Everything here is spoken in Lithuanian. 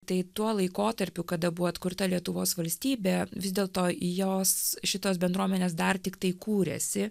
tai tuo laikotarpiu kada buvo atkurta lietuvos valstybė vis dėlto jos šitos bendruomenės dar tiktai kūrėsi